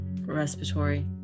respiratory